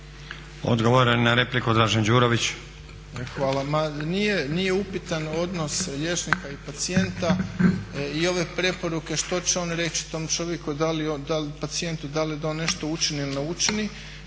Odgovor na repliku, Dražen Đurović.